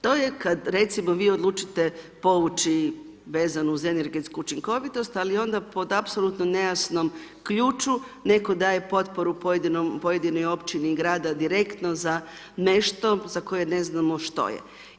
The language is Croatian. To je kad, recimo, vi odlučite povući, vezano uz energetsku učinkovitost, ali onda pod apsolutno nejasnom ključu, netko daje potporu pojedinom, pojedinoj Općini i Grada direktno za nešto, za koje ne znamo što je.